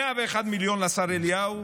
101 מיליון לשר אליהו,